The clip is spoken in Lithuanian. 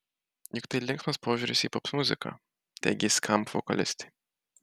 juk tai linksmas požiūris į popmuziką teigė skamp vokalistė